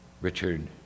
Richard